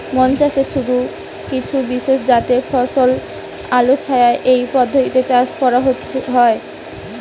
বনচাষে শুধু কিছু বিশেষজাতের ফসলই আলোছায়া এই পদ্ধতিতে চাষ করা হয়